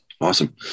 Awesome